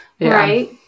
right